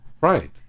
Right